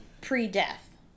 pre-death